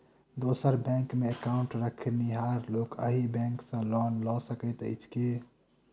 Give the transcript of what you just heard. दोसर बैंकमे एकाउन्ट रखनिहार लोक अहि बैंक सँ लोन लऽ सकैत अछि की?